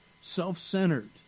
self-centered